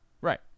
Right